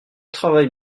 travaille